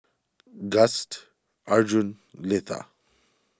Gust Arjun Letha